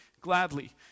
gladly